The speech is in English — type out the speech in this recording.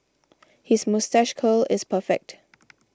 his moustache curl is perfect